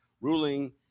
ruling